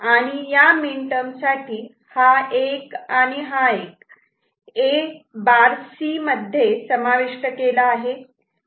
आणि या minterm साठी हा 1 आणि हा 1 A' C मध्ये समाविष्ट केला आहे